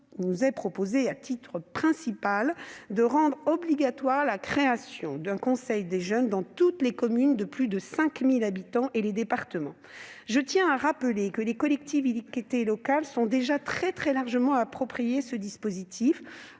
nous est proposé, à titre principal, de rendre obligatoire la création d'un conseil de jeunes dans toutes les communes de plus de 5 000 habitants et les départements. Je tiens à rappeler que les collectivités locales se sont déjà largement approprié ces dispositifs